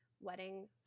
wedding